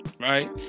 Right